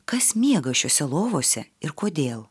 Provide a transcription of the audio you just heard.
kas miega šiose lovose ir kodėl